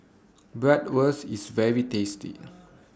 Bratwurst IS very tasty